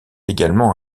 également